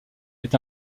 est